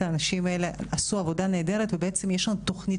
האנשים האלה עשו עבודה נהדרת ובעצם יש לנו תוכנית